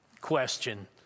question